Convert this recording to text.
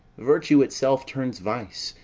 virtue itself turns vice,